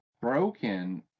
broken